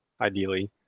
ideally